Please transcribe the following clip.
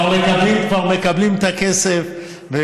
כבר מקבלים את הכסף.